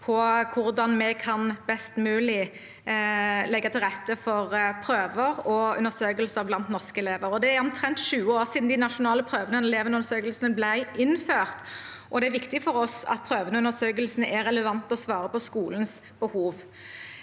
hvordan vi best mulig kan legge til rette for prøver og undersøkelser blant norske elever. Det er omtrent 20 år siden de nasjonale prøvene og elevundersøkelsene ble innført, og det er viktig for oss at prøvene og undersøkelsene er relevante og svarer på skolens behov.